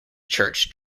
church